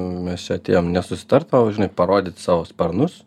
mes čia atėjom ne susitart o žinai parodyt savo sparnus